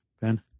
Ben